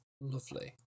Lovely